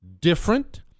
different